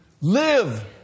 Live